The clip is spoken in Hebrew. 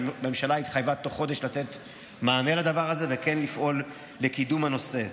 הממשלה התחייבה תוך חודש לתת מענה לדבר הזה וכן לפעול לקידום הנושא.